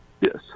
Yes